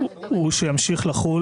הוא שימשיך לחול